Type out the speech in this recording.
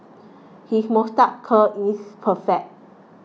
his moustache curl is perfect